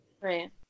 Right